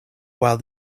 while